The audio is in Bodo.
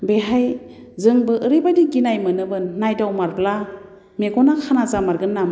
बेहाय जोंबो ओरैबायदि गिनाय मोनोमोन नायदावमारब्ला मेगना खाना जामारगोन नामा